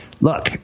Look